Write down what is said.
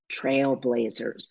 trailblazers